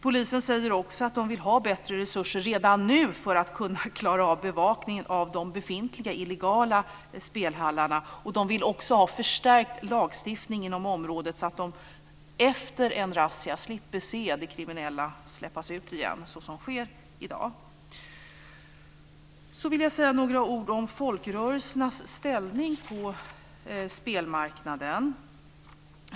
Polisen säger också att man vill ha bättre resurser redan nu för att kunna klara av bevakningen av de befintliga illegala spelhallarna. Polisen vill också ha förstärkt lagstiftning på området så att man efter en razzia slipper se de kriminella släppas ut igen, vilket sker i dag. Jag vill också säga några ord om folkrörelsernas ställning på spelmarknaden.